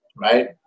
right